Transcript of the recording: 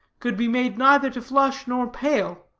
could be made neither to flush nor pale.